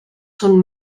són